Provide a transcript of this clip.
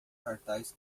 cartaz